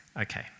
Okay